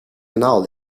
kanaal